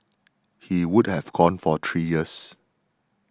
he would have gone for three years